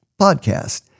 Podcast